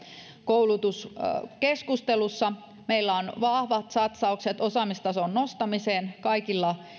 koulutuskeskustelussa meillä on vahvat satsaukset osaamistason nostamiseen kaikilla